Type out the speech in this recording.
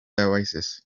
oasis